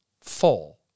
full